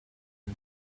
and